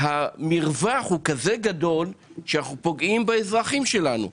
המרווח כזה גדול שאנו פוגעים באזרחים שלנו.